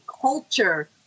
culture